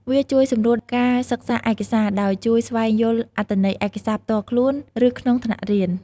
វាជួយសម្រួលការសិក្សាឯកសារ ដោយជួយស្វែងយល់អត្ថន័យឯកសារផ្ទាល់ខ្លួន ឬក្នុងថ្នាក់រៀន។